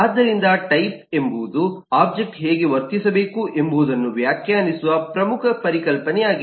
ಆದ್ದರಿಂದ ಟೈಪ್ ಎಂಬುದು ಒಬ್ಜೆಕ್ಟ್ ಹೇಗೆ ವರ್ತಿಸಬೇಕು ಎಂಬುದನ್ನು ವ್ಯಾಖ್ಯಾನಿಸುವ ಪ್ರಮುಖ ಪರಿಕಲ್ಪನೆಯಾಗಿದೆ